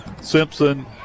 Simpson